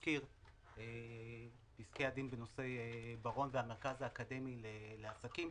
אסי פסקי הדין בנושא בראון והמרכז האקדמי לעסקים.